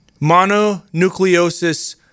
Mononucleosis